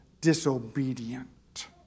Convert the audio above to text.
disobedient